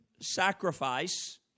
sacrifice